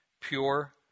pure